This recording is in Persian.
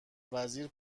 وزیر